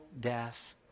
death